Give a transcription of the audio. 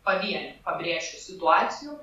pavienių pabrėšiu situacijų